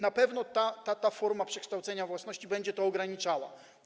Na pewno ta forma przekształcenia własności będzie to ograniczała.